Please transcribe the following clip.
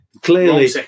Clearly